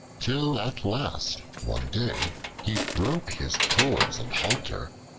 till at last one day he broke his cords and halter,